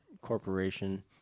corporation